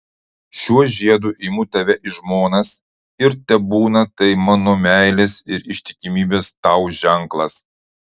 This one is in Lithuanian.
šiuo žiedu imu tave į žmonas ir tebūna tai mano meilės ir ištikimybės tau ženklas